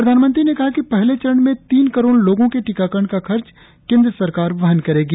प्रधानमंत्री ने कहा कि पहले चरण में तीन करोड़ लोगों के टीकाकरण का खर्च केंद्र सरकार वहन करेगी